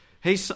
hey